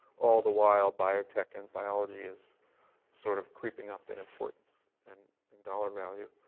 all the while, biotech and biology is sort of creeping up in importance and and dollar value.